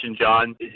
John